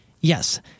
Yes